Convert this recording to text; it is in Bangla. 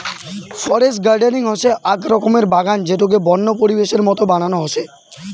ফরেস্ট গার্ডেনিং হসে আক রকমের বাগান যেটোকে বন্য পরিবেশের মত বানানো হসে